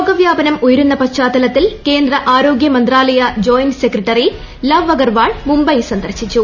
രോഗവ്യാപനം ഉയരുന്ന പശ്ചാത്തലത്തിൽ കേന്ദ്ര ആരോഗൃ മന്ത്രാലയ ജോയിന്റ് സെക്രട്ടറി ലവ് അഗർവാൾ മുംബൈ സന്ദർശിച്ചു